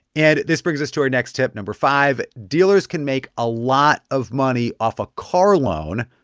and this brings us to our next tip number five, dealers can make a lot of money off a car loan,